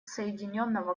соединенного